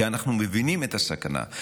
כי אנחנו מבינים את הסכנה,